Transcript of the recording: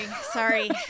Sorry